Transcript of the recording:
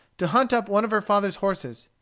to hunt up one of her father's horses.